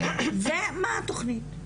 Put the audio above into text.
ומה התוכנית?